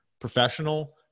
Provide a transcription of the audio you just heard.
professional